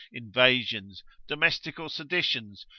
invasions, domestical seditions,